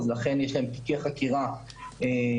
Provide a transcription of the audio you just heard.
לכן יש להם תיקי חקירה נפרדים,